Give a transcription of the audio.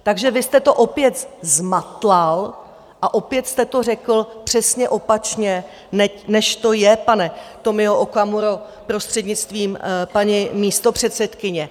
Takže vy jste to opět zmatlal a opět jste to řekl přesně opačně, než to je, pane Tomio Okamuro, prostřednictvím paní místopředsedkyně.